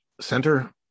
center